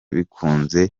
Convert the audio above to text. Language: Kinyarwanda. bikunze